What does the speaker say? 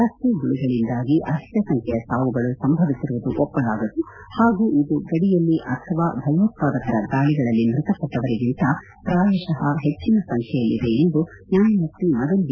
ರಸ್ತೆಗುಳಿಗಳಿಂದಾಗಿ ಅಧಿಕ ಸಂಬ್ಲೆಯ ಸಾವುಗಳು ಸಂಭವಿಸಿರುವುದು ಒಪ್ಪಲಾಗದು ಹಾಗೂ ಇದು ಗಡಿಯಲ್ಲಿ ಅಥವಾ ಭಯೋತ್ವಾದಕರ ದಾಳಗಳಲ್ಲಿ ಮೃತಪಟ್ಟವರಿಗಿಂತ ಪ್ರಾಯಶ ಹೆಚ್ಚನ ಸಂಚ್ಯೆಯಲ್ಲಿದೆ ಎಂದು ನ್ಯಾಯಮೂರ್ತಿ ಮದನ್ ಬಿ